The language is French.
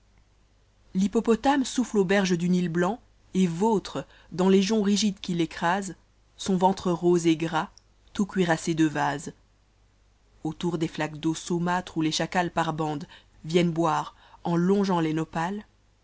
l'hippopotame soane aux berges du nm manc et vatttre dans les joncs rigides qu'il écrase son ventre rose et gras tout cuirassé de vase autour des haqaes d'eau sanmâtre où les chakais par bandes viennent boire en longeant les nopals